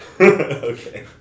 Okay